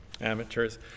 amateurs